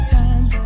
time